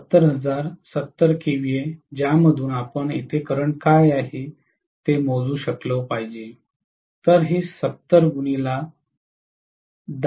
70000 70 kVA ज्यामधून आपण येथे करंट काय आहे ते मोजू शकले पाहिजे तर हे बरोबर आहे 14 किती